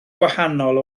gwahanol